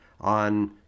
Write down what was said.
on